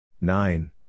Nine